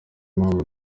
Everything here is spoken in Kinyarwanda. mpamvu